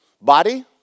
body